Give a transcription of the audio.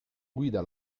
guida